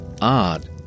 Odd